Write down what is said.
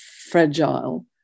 fragile